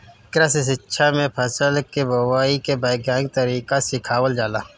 कृषि शिक्षा में फसल के बोआई के वैज्ञानिक तरीका सिखावल जाला